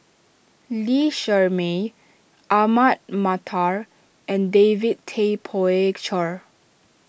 Lee Shermay Ahmad Mattar and David Tay Poey Cher